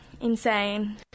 insane